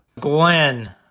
glenn